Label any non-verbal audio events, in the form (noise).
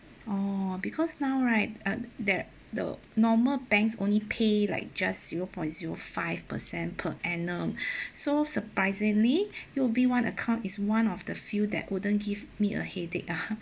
oh because now right uh there the normal banks only pay like just zero point zero five percent per annum (breath) so surprisingly U_O_B one account is one of the few that wouldn't give me a headache ah